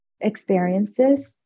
experiences